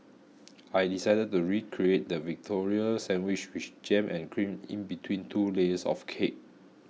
I decided to recreate the Victoria Sandwich with jam and cream in between two layers of cake